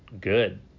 good